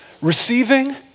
receiving